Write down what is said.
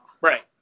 Right